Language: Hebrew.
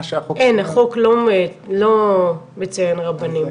אין, החוק לא מציין רבנים.